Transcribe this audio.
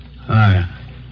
Hi